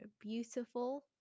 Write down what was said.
beautiful